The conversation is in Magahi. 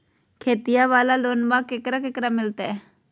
खेतिया वाला लोनमा केकरा केकरा मिलते?